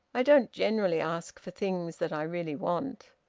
i don't generally ask for things that i really want?